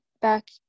back